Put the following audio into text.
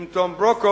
עם תום ברוקו.